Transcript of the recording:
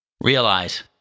Realize